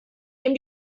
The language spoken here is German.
dem